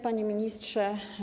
Panie Ministrze!